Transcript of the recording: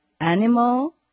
Animal